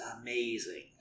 amazing